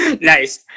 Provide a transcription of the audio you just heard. Nice